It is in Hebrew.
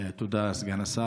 אוסאמה סעדי (הרשימה המשותפת): תודה, סגן השר.